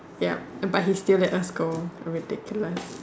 yup but he still let us go ridiculous